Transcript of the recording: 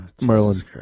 Merlin